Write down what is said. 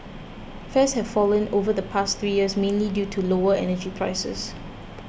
fares have fallen over the past three years mainly due to lower energy prices